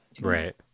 right